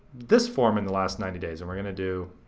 this form in the last ninety days and we're gonna do,